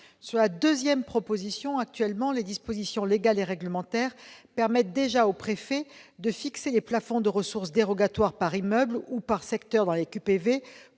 Sur la seconde proposition, actuellement, les dispositions légales et réglementaires permettent déjà au préfet de fixer des plafonds de ressources dérogatoires, par immeuble ou par secteur dans les QPV,